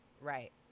Right